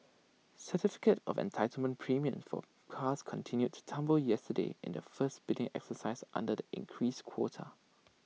certificate of entitlement premiums for cars continued to tumble yesterday in the first bidding exercise under the increased quota